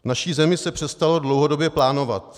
V naší zemi se přestalo dlouhodobě plánovat.